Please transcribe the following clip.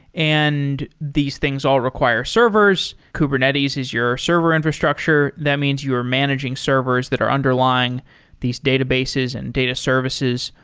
and these things all require servers. kubernetes is your server infrastructure. that means you are managing servers that are underlying these databases and data services.